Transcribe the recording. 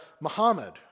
Muhammad